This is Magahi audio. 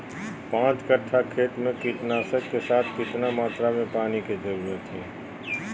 पांच कट्ठा खेत में कीटनाशक के साथ कितना मात्रा में पानी के जरूरत है?